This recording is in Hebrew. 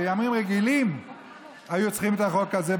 בימים רגילים היו צריכים את החוק הזה,